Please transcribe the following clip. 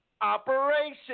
operation